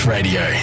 Radio